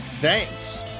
thanks